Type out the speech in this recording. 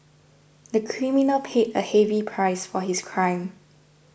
the criminal paid a heavy price for his crime